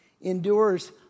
endures